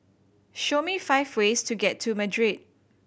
show me five ways to get to Madrid